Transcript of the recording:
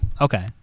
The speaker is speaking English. Okay